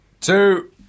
two